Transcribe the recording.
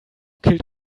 killed